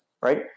right